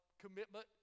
commitment